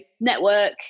network